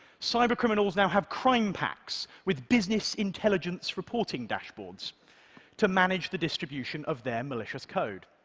cybercriminals now have crime packs with business intelligence reporting dashboards to manage the distribution of their malicious code.